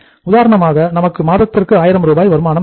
உதாரணமாக நமக்கு ஒரு மாதத்திற்கு ஆயிரம் ரூபாய் வருமானம் வேண்டும்